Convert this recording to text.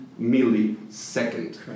millisecond